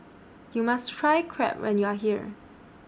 YOU must Try Crepe when YOU Are here